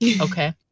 okay